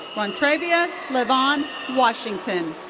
rontraveis levon washington.